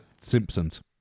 Simpsons